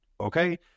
Okay